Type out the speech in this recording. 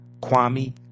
Kwame